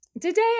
today